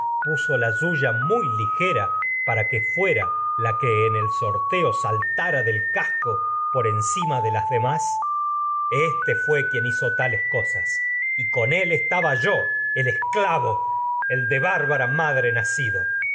pesada la suya muy ligera para que ma fuera la de las que en el sorteo saltara del fué casco por cosas enci con demás este quien hizo tales y él estaba yo el esclavo el de bárbara madre cosas nacido